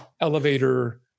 elevator